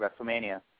WrestleMania